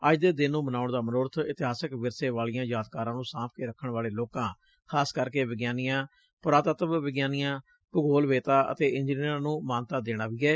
ਅੱਜ ਦੇ ਦਿਨ ਨੂੰ ਮਨਾਉਣ ਦਾ ਮਨੋਰਬ ਇਤਿਹਾਸਕ ਵਿਰਸੇ ਵਾਲੀਆਂ ਯਾਦਗਾਰਾਂ ਨੂੰ ਸਾਂਭ ਕੇ ਰੱਖਣ ਵਾਲੇ ਲੋਕਾਂ ਖ਼ਾਸ ਕਰਕੇ ਵਿਗਿਆਨੀਆਂ ਪੁਰਾਤਤਵ ਵਿਗਿਆਨੀਆਂ ਭੂਗੋਲਵੇਤਾ ਅਤੇ ਇੰਜਨੀਅਰਾਂ ਨੂੰ ਮਾਨਤਾ ਦੇਣਾ ਵੀ ਏ